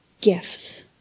gifts